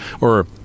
or-